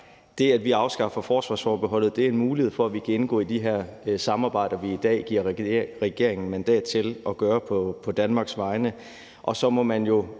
det, at vi afskaffer forsvarsforbeholdet, en mulighed for, at vi kan indgå i de her samarbejder, vi i dag giver regeringen mandat til på Danmarks vegne.